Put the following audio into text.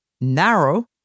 narrow